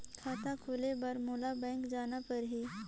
खाता खोले बर मोला बैंक जाना परही?